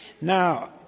Now